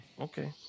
Okay